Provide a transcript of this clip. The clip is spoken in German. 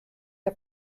der